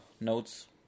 notes